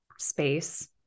space